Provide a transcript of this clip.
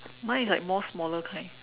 mine is like more smaller kind